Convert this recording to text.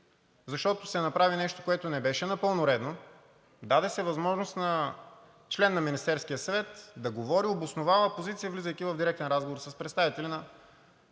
защото се направи нещо, което не беше напълно редно, даде се възможност на член на Министерския съвет да говори и обосновава позиция, влизайки в директен разговор с представители на